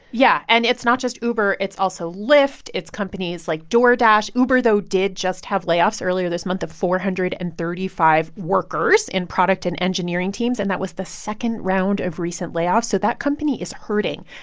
yeah. and it's not just uber. it's also lyft. it's companies like doordash. uber, though, did just have layoffs earlier this month of four hundred and thirty five workers in product and engineering teams. and that was the second round of recent layoffs, so that company is hurting.